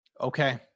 Okay